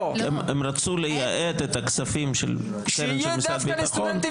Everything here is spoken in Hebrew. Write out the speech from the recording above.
הם רצו לייעד את הכספים של הקרן של משרד הביטחון לסטודנטים